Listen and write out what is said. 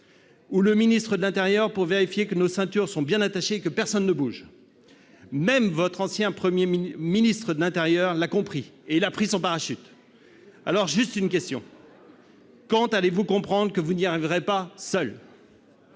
ou le ministre de l'intérieur, pour vérifier que nos ceintures sont bien attachées et que personne ne bouge. Même votre ancien ministre de l'intérieur l'a compris et a pris son parachute ! Quand allez-vous comprendre que vous n'y arriverez pas seuls ?